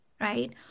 right